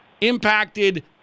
impacted